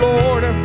Lord